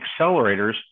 accelerators